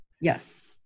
yes